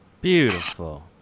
Beautiful